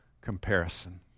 comparison